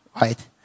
right